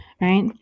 right